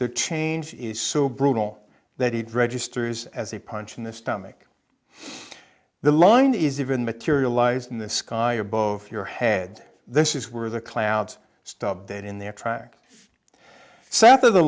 the change is so brutal that it registers as a punch in the stomach the line is even materialized in the sky above your head this is where the clouds stub that in their track south of the